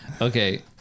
Okay